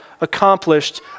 accomplished